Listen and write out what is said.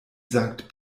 sankt